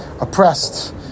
oppressed